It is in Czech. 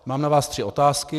Mám na vás tři otázky.